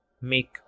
make